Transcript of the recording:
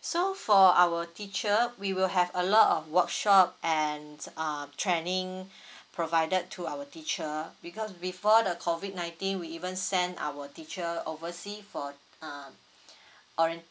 so for our teacher we will have a lot of workshop and uh training provided to our teacher because before the COVID nineteen we even send our teacher oversea for um orient